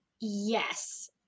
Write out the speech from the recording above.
Yes